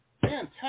Fantastic